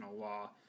law